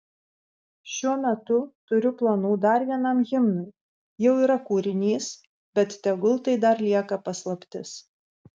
šiuo metu turiu planų dar vienam himnui jau yra kūrinys bet tegul tai dar lieka paslaptis